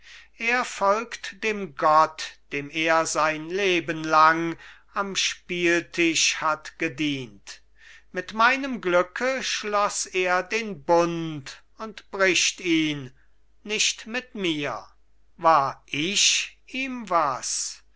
er folgt dem gott dem er sein leben lang am spieltisch hat gedient mit meinem glücke schloß er den bund und bricht ihn nicht mit mir war ich ihm was